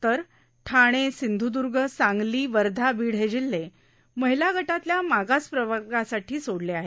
तर ठाणे सिंधूदर्ग सांगली वर्धा बीड हे जिल्हे महिला गटातल्या मागास प्रवर्गासाठी सोडले आहेत